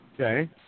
Okay